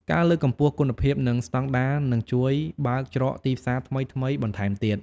ការលើកកម្ពស់គុណភាពនិងស្តង់ដារនឹងជួយបើកច្រកទីផ្សារថ្មីៗបន្ថែមទៀត។